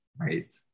Right